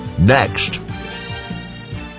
Next